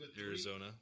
Arizona